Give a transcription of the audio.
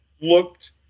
looked